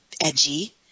edgy